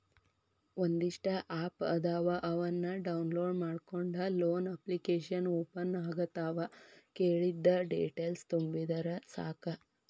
ಒಂದಿಷ್ಟ ಆಪ್ ಅದಾವ ಅವನ್ನ ಡೌನ್ಲೋಡ್ ಮಾಡ್ಕೊಂಡ ಲೋನ ಅಪ್ಲಿಕೇಶನ್ ಓಪನ್ ಆಗತಾವ ಕೇಳಿದ್ದ ಡೇಟೇಲ್ಸ್ ತುಂಬಿದರ ಸಾಕ